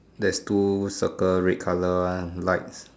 there's two circle red colour one lights